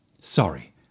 Sorry